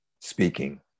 speaking